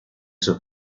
sus